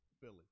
Philly